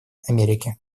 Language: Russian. америки